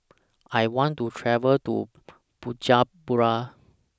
I want to travel to Bujumbura